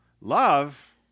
Love